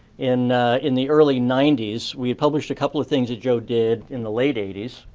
in in the early ninety s, we published a couple of things that joe did in the late eighty s.